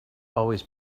always